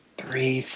three